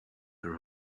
her